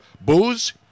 booze